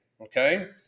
Okay